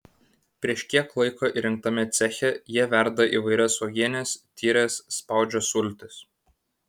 prieš kiek laiko įrengtame ceche jie verda įvairias uogienes tyres spaudžia sultis